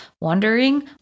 wondering